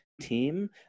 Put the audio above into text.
team